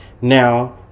Now